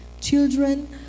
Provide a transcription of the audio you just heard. Children